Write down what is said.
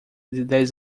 dez